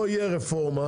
רק שתדע, לא תהיה רפורמה